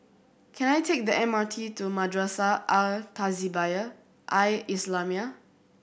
can I take the M R T to Madrasah Al Tahzibiah Al Islamiah